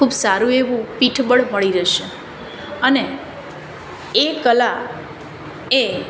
ખૂબ સારું એવું પીઠબળ મળી રહેશે અને એ કલા એ